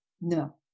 No